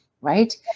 right